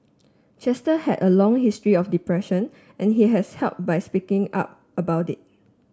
Chester had a long history of depression and he has help by speaking up about it